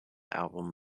album